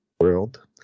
world